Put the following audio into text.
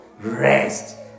rest